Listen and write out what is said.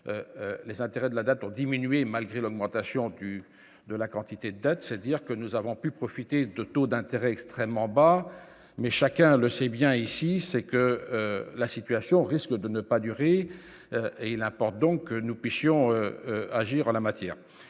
les intérêts de la dette pour diminuer malgré l'augmentation du de la quantité d', c'est-à-dire que nous avons pu profiter de taux d'intérêts extrêmement bas, mais chacun le sait bien, ici, c'est que la situation risque de ne pas durer et il importe donc que nous puissions agir en la matière